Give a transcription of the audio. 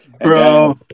bro